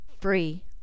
free